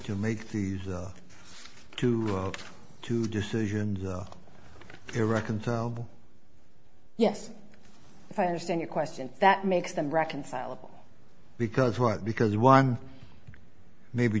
to make these two two decisions irreconcilable yes if i understand your question that makes them reconcile because what because one may be